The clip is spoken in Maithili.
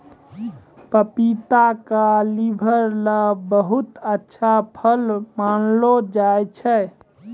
पपीता क लीवर ल बहुत अच्छा फल मानलो जाय छै